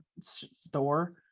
store